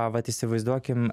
vat įsivaizduokim